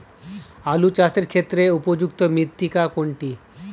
আলু চাষের ক্ষেত্রে উপযুক্ত মৃত্তিকা কোনটি?